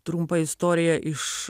trumpą istoriją iš